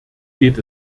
geht